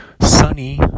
sunny